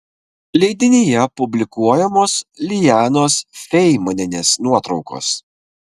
leidinyje publikuojamos lijanos feimanienės nuotraukos